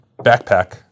backpack